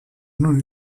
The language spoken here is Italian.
non